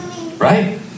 right